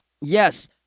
Yes